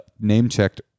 name-checked